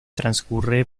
transcurre